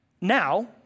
Now